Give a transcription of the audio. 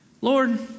Lord